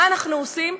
מה אנחנו עושים?